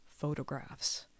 photographs